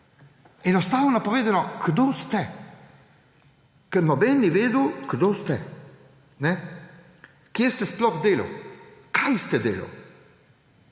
Enostavno povedano, kdo ste, ker nobeden ni vedel, kdo ste. Kje ste sploh delali? Kaj ste delali?